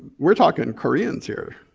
we're talkin' korean's here.